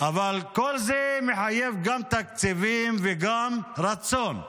אבל כל זה מחייב גם תקציבים וגם רצון,